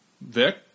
Vic